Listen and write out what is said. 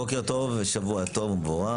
בוקר טוב ושבוע טוב ומבורך.